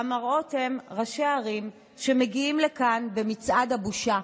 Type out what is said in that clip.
המראות הם של ראשי ערים שמגיעים לכאן במצעד הבושה,